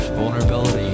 vulnerability